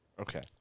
Okay